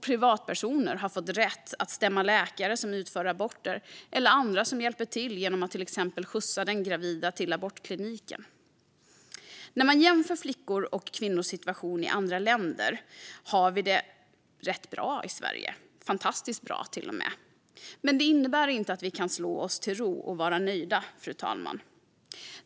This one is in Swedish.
Privatpersoner har fått rätt att stämma läkare som utför aborter eller andra som hjälper till genom att till exempel skjutsa den gravida till abortkliniken. När man jämför med flickors och kvinnors situation i andra länder har vi det rätt bra i Sverige, till och med fantastiskt bra. Men det innebär inte att vi kan slå oss till ro och vara nöjda, fru talman.